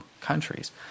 countries